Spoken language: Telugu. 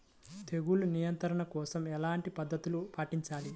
తెగులు నియంత్రణ కోసం ఎలాంటి పద్ధతులు పాటించాలి?